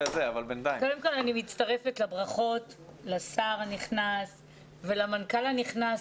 אני מצטרפת לברכות לשר הנכנס ולמנכ"ל הנכנס.